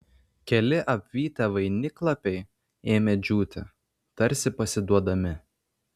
keli apvytę vainiklapiai ėmė džiūti tarsi pasiduodami